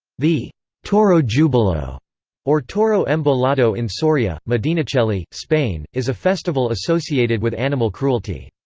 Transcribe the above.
the toro jubilo or toro embolado in soria, medinaceli, spain, is a festival associated with animal cruelty.